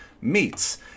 meets